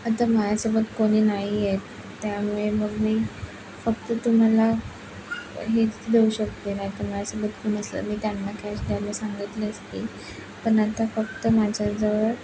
आता माझ्यासोबत कोणी नाही आहे त्यामुळे मग मी फक्त तुम्हाला हेच देऊ शकते नाहीतर माझ्यासोबत कोण असलं मी त्यांना कॅश द्यायला सांगितली असती पण आता फक्त माझ्याजवळ